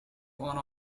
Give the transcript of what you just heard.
one